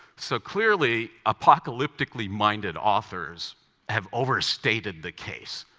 so clearly, apocalyptically-minded authors have overstated the case.